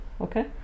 okay